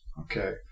okay